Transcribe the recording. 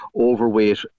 overweight